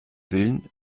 willen